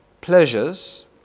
pleasures